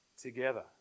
together